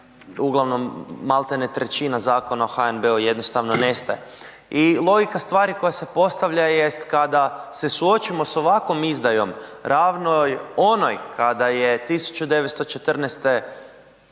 uglavnom malti ne 1/3 Zakona o HNB-u jednostavno nestaje. I logika stvari koja se postavlja jest kada se suočimo sa ovakvom izdajom ravnoj onoj kada je 1914.